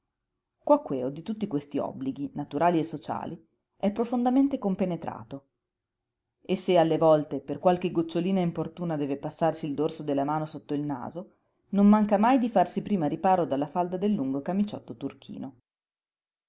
d'assessore quaquèo di tutti questi obblighi naturali e sociali è profondamente compenetrato e se alle volte per qualche gocciolina importuna deve passarsi il dorso della mano sotto il naso non manca mai di farsi prima riparo della falda del lungo camiciotto turchino